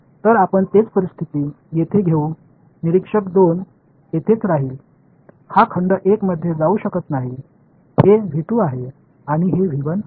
तर आपण तेच परिस्थिती येथे घेऊ निरीक्षक 2 येथेच राहिल हा खंड 1 मध्ये जाऊ शकत नाही हे आहे आणि हे आहे